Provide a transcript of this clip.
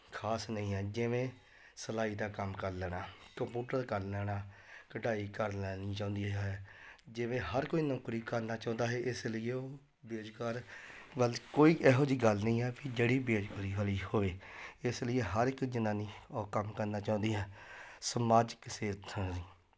ਖਾਸ ਨਹੀਂ ਹੈ ਜਿਵੇਂ ਸਿਲਾਈ ਦਾ ਕੰਮ ਕਰ ਲੈਣਾ ਕੰਪੂਟਰ ਕਰ ਲੈਣਾ ਕਢਾਈ ਕਰ ਲੈਣਾ ਚਾਹੁੰਦੀ ਹੈ ਜਿਵੇਂ ਹਰ ਕੋਈ ਨੌਕਰੀ ਕਰਨਾ ਚਾਹੁੰਦਾ ਹੈ ਇਸ ਲਈ ਉਹ ਬੇਰੁਜ਼ਗਾਰ ਵੱਲ ਕੋਈ ਇਹੋ ਜਿਹੀ ਗੱਲ ਨਹੀਂ ਹੈ ਵੀ ਜਿਹੜੀ ਬੇਰੁਜ਼ਗਾਰੀ ਵਾਲੀ ਹੋਵੇ ਇਸ ਲਈ ਹਰ ਇੱਕ ਜਨਾਨੀ ਉਹ ਕੰਮ ਕਰਨਾ ਚਾਹੁੰਦੀ ਆ ਸਮਾਜ ਕਿਸੇ